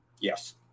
Yes